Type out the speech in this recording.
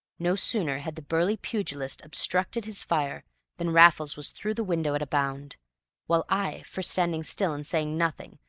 no sooner had the burly pugilist obstructed his fire than raffles was through the window at a bound while i, for standing still and saying nothing,